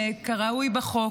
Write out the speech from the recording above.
כראוי בחוק.